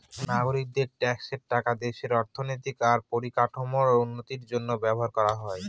নাগরিকদের ট্যাক্সের টাকা দেশের অর্থনৈতিক আর পরিকাঠামোর উন্নতির জন্য ব্যবহার করা হয়